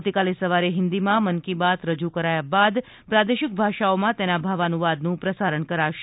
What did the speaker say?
આવતીકાલે સવારે હિન્દીમાં મન કી બાત રજૂ કરાયા બાદ પ્રાદેશિક ભાષાઓમાં તેના ભાવાનુવાદનું પ્રસારણ કરાશે